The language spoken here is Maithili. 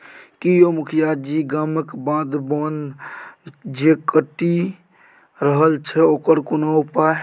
की यौ मुखिया जी गामक बाध बोन जे कटि रहल छै ओकर कोनो उपाय